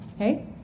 okay